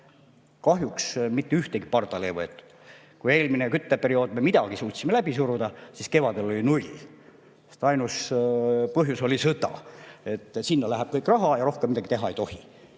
Kahjuks mitte ühtegi pardale ei võetud. Kui eelmisel kütteperioodil me midagi suutsime läbi suruda, siis kevadel oli null, sest [oluline] oli ainult sõda, et sinna läheb kogu raha ja rohkem midagi teha ei tohi.